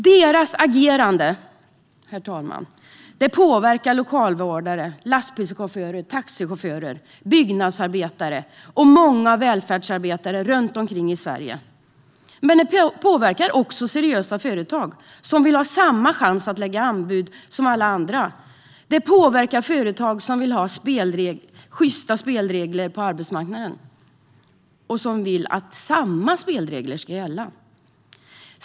Deras agerande påverkar lokalvårdare, lastbilschaufförer, taxichaufförer, byggnadsarbetare och många välfärdsarbetare runt omkring i Sverige. Men det påverkar också seriösa företag som vill ha samma chans att lägga anbud som alla andra. Det påverkar företag som vill ha sjysta spelregler på arbetsmarknaden och som vill att samma spelregler ska gälla.